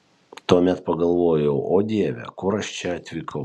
tuomet pagalvojau o dieve kur aš čia atvykau